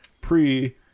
pre